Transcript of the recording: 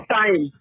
time